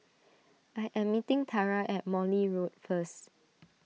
I am meeting Tara at Morley Road first